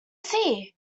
see